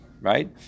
Right